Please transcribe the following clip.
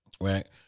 right